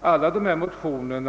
752 och II: 959.